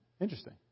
Interesting